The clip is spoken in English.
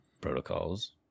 protocols